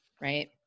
right